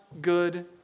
good